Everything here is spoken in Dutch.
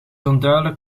onduidelijk